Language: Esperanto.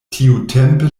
tiutempe